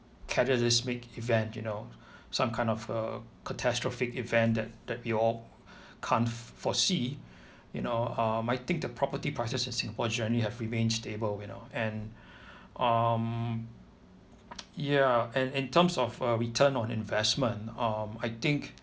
cataclysmic event you know some kind of a catastrophic event that that you all can't f~ foresee you know um I think the property prices in singapore generally have remained stable you know and um ya and in terms of uh return on investment um I think